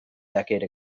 decade